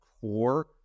core